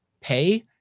Pay